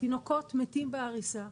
תינוקות מתים בעריסה,